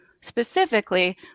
specifically